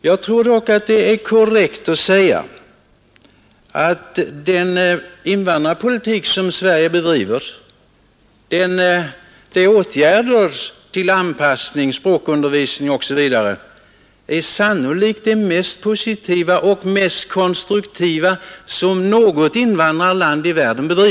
Jag tror dock att det är korrekt att säga att den invandrarpolitik som Sverige bedriver med åtgärder för anpassning, språkundervisning osv. sannolikt är den mest positiva och mest konstruktiva som något invandrarland i världen för.